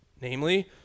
namely